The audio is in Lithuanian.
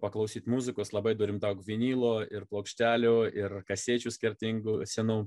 paklausyt muzikos labai turime daug vinilo ir plokštelių ir kasečių skirtingų senų